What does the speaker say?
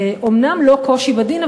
זה אומנם לא קושי בדין,